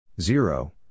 Zero